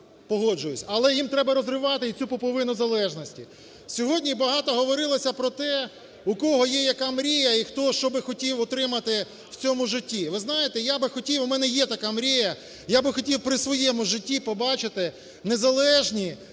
Погоджуюсь. Але їм треба розривати і цю пуповину залежності. Сьогодні багато говорилося про те, у кого є яка мрія і хто щоби хотів отримати в цьому житті. Ви знаєте я би хотів… В мене є така мрія, я би хотів при своєму житті побачити незалежні,